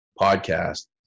podcast